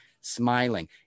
smiling